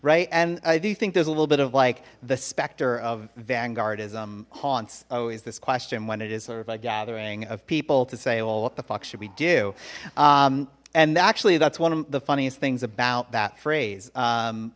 right and i do you think there's a little bit of like the specter of vanguard ism haunts always this question when it is sort of a gathering of people to say well what the fuck should we do and actually that's one of the funniest things about that phrase